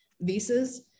visas